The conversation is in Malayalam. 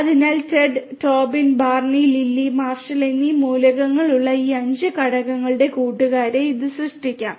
അതിനാൽ Ted Robin Barney Lily Marshall എന്നീ മൂലകങ്ങളുള്ള ഈ 5 ഘടകങ്ങളുടെ കൂട്ടുകാരെ ഇത് സൃഷ്ടിക്കും